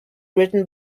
written